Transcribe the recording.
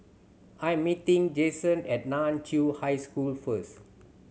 I am meeting Jaxon at Nan Chiau High School first